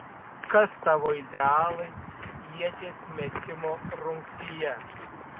kas tavo idealai ieties metimo rungtyje